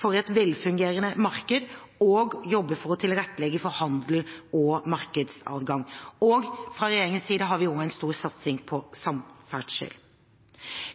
for et velfungerende marked og å jobbe for å tilrettelegge for handel og markedsadgang – og fra regjeringens side har vi også en stor satsing på samferdsel.